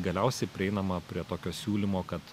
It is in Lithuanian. galiausiai prieinama prie tokio siūlymo kad